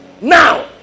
Now